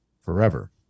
forever